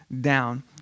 down